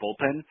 bullpen